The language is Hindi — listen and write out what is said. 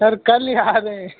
सर कल ही आ रहे हैं